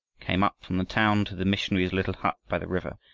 came up from the town to the missionary's little hut by the river,